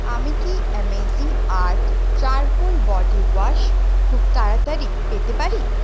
আমি কি amazing earth charcoal body wash খুব তাড়াতাড়ি পেতে পারি